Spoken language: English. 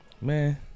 Man